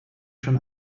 schon